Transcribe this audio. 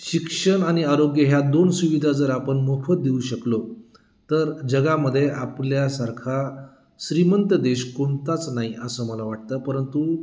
शिक्षण आणि आरोग्य ह्या दोन सुविधा जर आपण मोफत देऊ शकलो तर जगामध्ये आपल्यासारखा श्रीमंत देश कोणताच नाही असं मला वाटतं परंतु